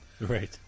Right